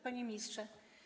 Panie Ministrze!